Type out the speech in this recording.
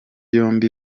yombi